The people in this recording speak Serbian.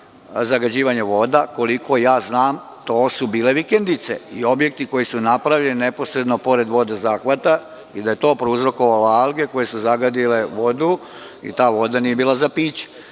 zagađivanje voda. Koliko znam to su bile vikendice i objekti koji su napravljeni neposredno pored vodozahvata i da je to prouzrokovalo alge koje su zagadile vodu i ta voda nije bila za piće.